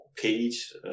page